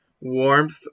warmth